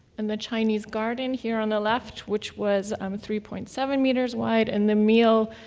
and the chinese garden here on the left, which was um three point seven meters wide, and the meal,